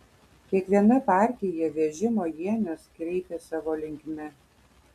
kiekviena partija vežimo ienas kreipė savo linkme